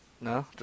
No